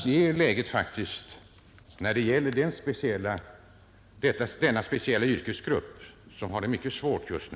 Men läget är faktiskt allvarligt för denna speciella yrkesgrupp; den har mycket svårt just nu.